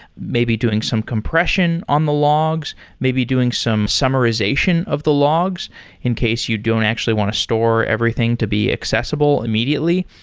maybe doing some compression on the logs. maybe doing some summarization of the logs in case you don't actually want to store everything to be accessible immediately.